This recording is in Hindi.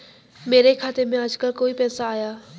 मेरे खाते में आजकल कोई पैसा आया?